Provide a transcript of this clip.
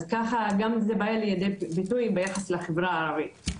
אז ככה גם זה בא לידי ביטוי ביחס לחברה הערבית.